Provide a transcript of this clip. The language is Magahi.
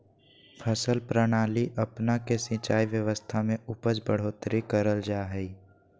फसल प्रणाली अपना के सिंचाई व्यवस्था में उपज बढ़ोतरी करल जा हइ